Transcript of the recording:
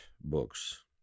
books